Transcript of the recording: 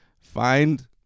find